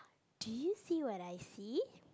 do you see what I see